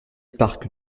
parc